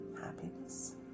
happiness